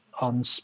on